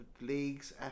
league's